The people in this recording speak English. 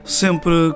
sempre